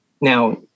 Now